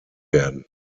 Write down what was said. werden